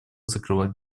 закрывать